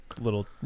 little